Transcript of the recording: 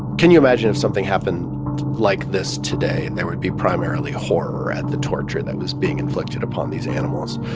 can you imagine if something happened like this today? and there would be primarily horror at the torture that was being inflicted upon these animals.